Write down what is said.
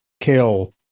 kill